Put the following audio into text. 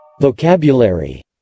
Vocabulary